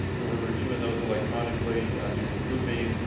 and we're reviewing those electronically using bluebeam.